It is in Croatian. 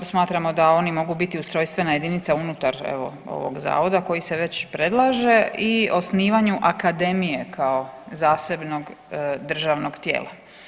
Smatramo da oni mogu biti ustrojstvena jedinica unutar evo ovog zavoda koji se već predlaže i osnivanju akademije kao zasebnog državnog tijela.